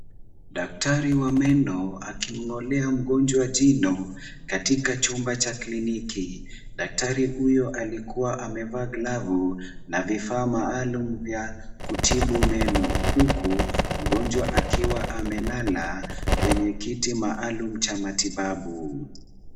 Daktari wa meno akimng'olea mgonjwa jino katika chumba cha clinic . Daktari huyo alikuwa amevaa glavu na vifaa maalum vya kutibu meno, huku mgonjwa akiwa amelala kwenye kiti maalum cha matibabu.